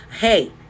Hey